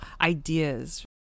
ideas